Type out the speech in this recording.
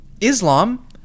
Islam